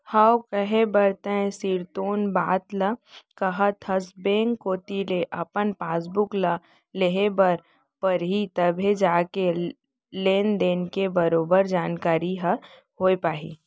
हव कहे बर तैं सिरतोन बात ल काहत हस बेंक कोती ले अपन पासबुक ल लेहे बर परही तभे जाके लेन देन के बरोबर जानकारी ह होय पाही